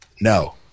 No